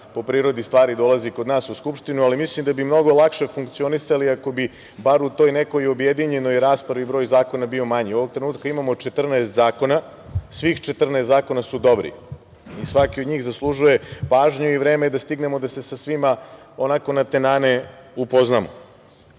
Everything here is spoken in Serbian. po prirodi stvari dolazi kod nas u Skupštinu, ali mislim da bi mnogo lakše funkcionisali ako bi bar u toj nekoj objedinjenoj raspravi broj zakona bio manji. Ovog trenutka imamo 14 zakona. svih 14 zakona su dobri i svaki od njih zaslužuje pažnju i vreme da stignemo da se sa svima na tenane